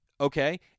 Okay